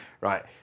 right